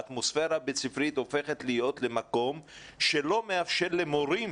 האטמוספרה הבית-ספרית הופכת להיות למקום שלא מאפשר למורים